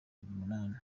umunani